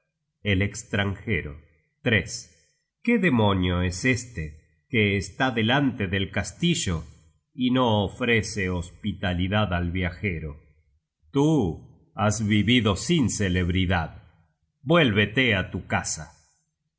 el estranjero qué demonio es este que está delante del castillo y no ofrece hospitalidad al viajero tú has vivido sin celebridad vuélvete á tu casa